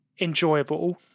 enjoyable